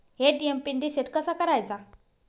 ATM pin reset कसा करायचा?